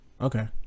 Okay